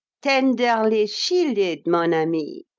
tenderly shielded, mon ami,